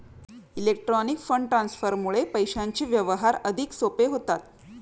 electronic fund ट्रान्सफरमुळे पैशांचे व्यवहार अधिक सोपे होतात